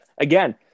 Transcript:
again